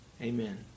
Amen